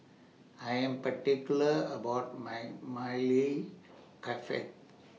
I Am particular about My Maili